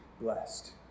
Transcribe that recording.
blessed